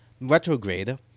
Retrograde